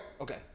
okay